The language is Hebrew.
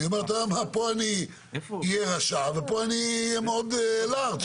אני אומר - פה אני אהיה רשע ופה אני אהיה מאוד לארג',